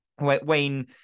Wayne